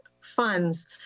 funds